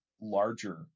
larger